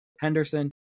henderson